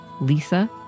Lisa